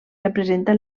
representa